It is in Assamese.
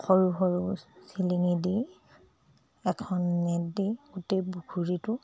সৰু সৰু চিলিঙি দি এখন নেট দি গোটেই পুখুৰীটো